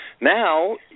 Now